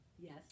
Yes